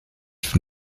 from